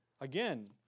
Again